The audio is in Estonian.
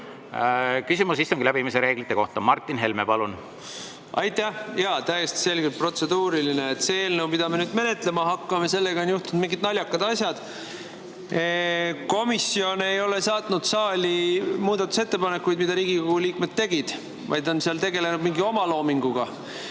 Küsimus istungi läbiviimise reeglite kohta, Martin Helme, palun! Aitäh! Jaa, täiesti selgelt protseduuriline. Selle eelnõuga, mida me nüüd menetlema hakkame, on juhtunud mingid naljakad asjad. Komisjon ei ole saatnud saali muudatusettepanekuid, mida Riigikogu liikmed tegid, vaid on tegelenud mingi omaloominguga.